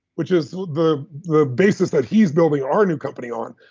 which is the the basis that he's building our new company on,